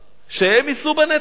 שהם יישאו בנטל הזה?